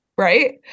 Right